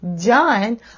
John